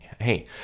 hey